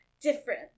Different